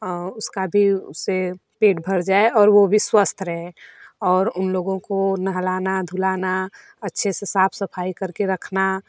उसका भी उससे पेट भर जाए और वह भी स्वस्थ रहे और उन लोगों को नहलाना धुलाना अच्छे से साफ़ सफ़ाई करकर रखना